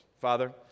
father